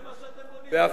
מה אתם בונים?